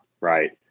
right